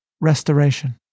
restoration